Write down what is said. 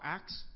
Acts